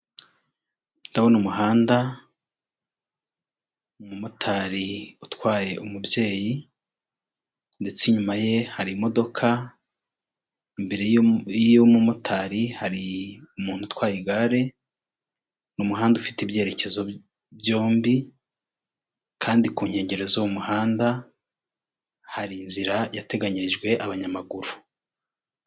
Ndabona umuhanda, umumotari utwaye umubyeyi ndetse inyuma ye hari imodoka, imbere y'umumotari hari umuntu utwaye igare; ni umuhanda ufite ibyerekezo byombi kandi ku nkengero z'uwo muhanda hari inzira yateganyirijwe abanyamaguru.